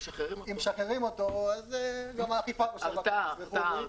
משחררים אותו אז גם האכיפה פשטה רגל.